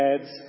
adds